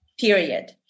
period